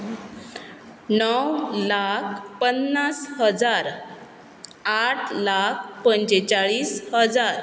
णव लाख पन्नास हजार आठ लाख पंचेचाळीस हजार